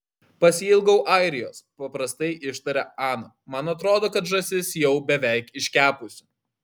pasiilgau airijos paprastai ištarė ana man atrodo kad žąsis jau beveik iškepusi